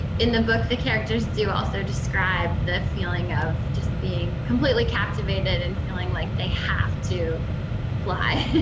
in the book, the characters do also describe the feeling of just being completely captivated. and feeling like they have to fly.